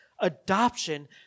adoption